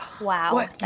Wow